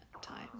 time